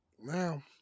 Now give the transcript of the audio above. now